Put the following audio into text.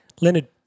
Leonard